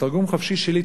בתרגום חופשי שלי,